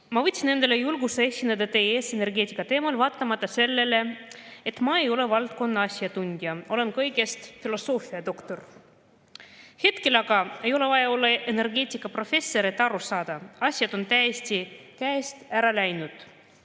Ma võtsin endale julguse esineda teie ees energeetika teemal, vaatamata sellele, et ma ei ole valdkonna asjatundja, olen kõigest filosoofiadoktor. Hetkel aga ei ole vaja olla energeetikaprofessor, et aru saada: asjad on täiesti käest ära